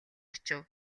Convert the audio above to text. очив